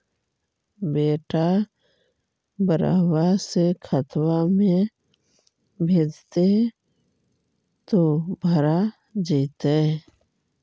बेटा बहरबा से खतबा में भेजते तो भरा जैतय?